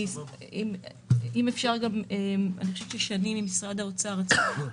אני חושבת ששני מנדל לאופר ממשרד האוצר רצתה להתייחס.